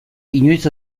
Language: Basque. inoiz